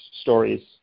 stories